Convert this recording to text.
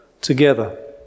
together